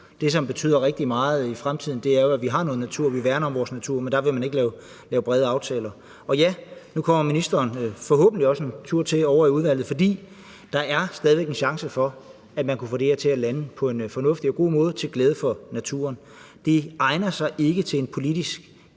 Det, som betyder rigtig meget i fremtiden, er jo, at vi har noget natur, og at vi værner om vores natur, men dér vil man ikke lave brede aftaler. Og ja, nu kommer ministeren forhåbentlig også over i udvalget en tur mere, for der er stadig væk en chance for, at man kunne få det her til at lande på en fornuftig og god måde til glæde for naturen. Det egner sig ikke til en politisk